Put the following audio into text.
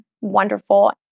Wonderful